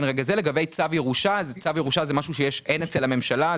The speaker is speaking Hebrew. לגבי צו ירושה, צו ירושה זה משהו שאין אצל הממשלה.